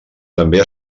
també